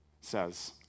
says